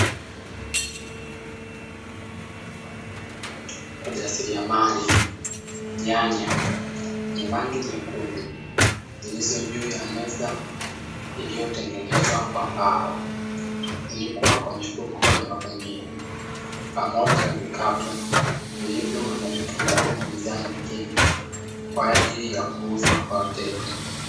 Wajasiriamali, nyanya zenye rangi nyekundu zilizo juu ya meza iliyotengenezwa kwa mbao kufunikwa kwa mifuko ya magunia pamoja na vikapu vilivyo na vitunguu, na bidhaa nyingine kwa ajili ya kuuzwa kwa wateja.